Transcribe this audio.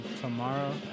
tomorrow